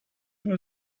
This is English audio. sure